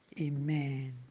Amen